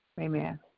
Amen